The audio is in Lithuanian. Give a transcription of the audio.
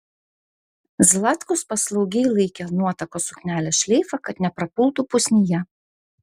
zlatkus paslaugiai laikė nuotakos suknelės šleifą kad neprapultų pusnyje